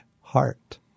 heart